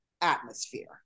atmosphere